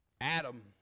Adam